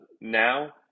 now